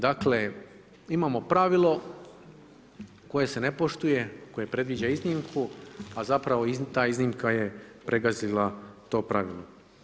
Dakle, imamo pravilo koje se ne poštuje, koje predviđa iznimku, a zapravo ta iznimka je pregazila to pravilo.